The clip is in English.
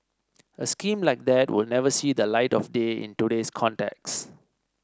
a scheme like that would never see the light of day in today's context